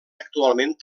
actualment